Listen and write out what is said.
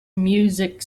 music